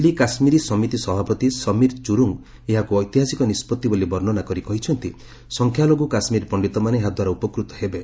ଦିଲ୍ଲୀ କାଶ୍କୀର ସମିତି ସଭାପତି ସମୀର ଚୁରୁଙ୍ଗୁ ଏହାକୁ ଐତିହାସିକ ନିଷ୍ପଭି ବୋଲି ବର୍ଷ୍ଣନା କରି କହିଛନ୍ତି ସଂଖ୍ୟାଲଘୁ କାଶ୍ମୀର ପଣ୍ଡିତମାନେ ଏହାଦ୍ୱାରା ଉପକୃତ ହେବେ